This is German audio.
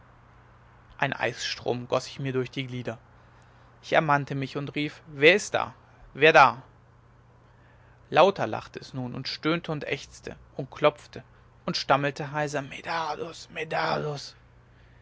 ein eisstrom goß sich mir durch die glieder ich ermannte mich und rief wer da wer ist da lauter lachte es nun und stöhnte und ächzte und klopfte und stammelte heiser